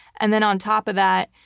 and then on top of that,